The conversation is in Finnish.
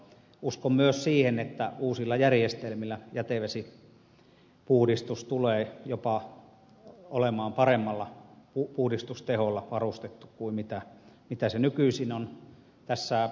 uskon myös siihen että uusilla järjestelmillä jätevesipuhdistus tulee jopa olemaan paremmalla puhdistusteholla varustettu kuin mitä se nykyisin on